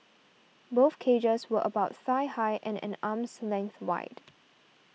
both cages were about thigh high and an arm's length wide